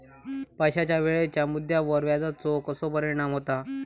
पैशाच्या वेळेच्या मुद्द्यावर व्याजाचो कसो परिणाम होता